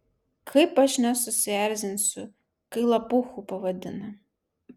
kaip aš nesusierzinsiu kai lapuchu pavadina